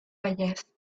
vallès